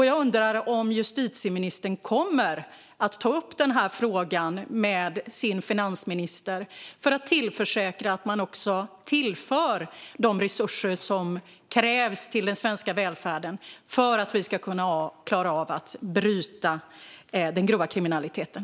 Jag undrar om justitieministern kommer att ta upp den här frågan med sin finansminister för att säkerställa att man tillför de resurser som krävs till den svenska välfärden för att vi ska klara av att bryta den grova kriminaliteten.